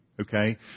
okay